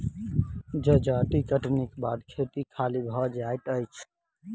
जजाति कटनीक बाद खेत खाली भ जाइत अछि